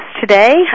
today